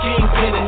Kingpin